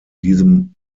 diesem